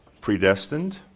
predestined